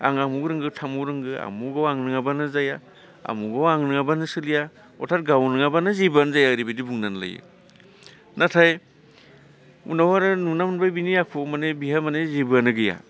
आं आमुक रोंगौ थामुक रोंगौ आमुकाव आं नङाबानो जाया आमुकाव आं नङाबानो सोलिया अर्थात गाव नङाबानो जेबोआनो जाया एरैबायदि बुंनानै लायो नाथाय उनाव आरो नुनो मोनबाय बिनि आखुआव माने बिहा माने जेबोआनो गैया